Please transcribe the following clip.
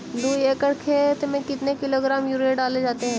दू एकड़ खेत में कितने किलोग्राम यूरिया डाले जाते हैं?